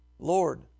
Lord